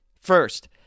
First